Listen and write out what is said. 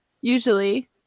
usually